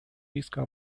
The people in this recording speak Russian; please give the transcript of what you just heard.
риска